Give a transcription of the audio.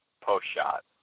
post-shot